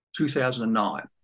2009